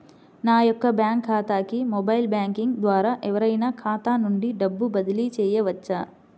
నా యొక్క బ్యాంక్ ఖాతాకి మొబైల్ బ్యాంకింగ్ ద్వారా ఎవరైనా ఖాతా నుండి డబ్బు బదిలీ చేయవచ్చా?